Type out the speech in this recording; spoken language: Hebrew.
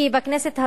כי בכנסת הזאת,